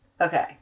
Okay